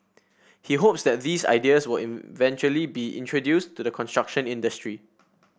he hopes that these ideas will eventually be introduced to the construction industry